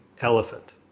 elephant